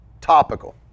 topical